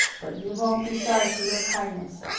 but you won't be sorry for your kindness.